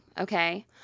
okay